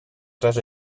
tres